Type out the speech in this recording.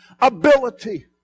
ability